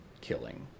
killing